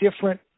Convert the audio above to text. different